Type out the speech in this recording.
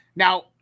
Now